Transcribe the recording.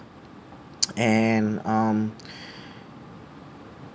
and um